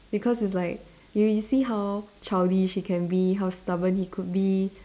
because is like you you see how childish he can be how stubborn he could be